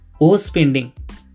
overspending